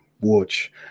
watch